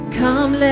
come